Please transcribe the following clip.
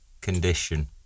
condition